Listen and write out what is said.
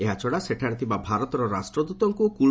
ଏହାଛଡା ସେଠାରେ ଥିବା ଭାରତର ରାଷ୍ଟ୍ରଦୂତଙ୍କୁ ମଧ୍ୟ କୂଳ